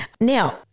Now